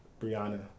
Brianna